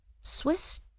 Swiss